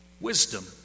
wisdom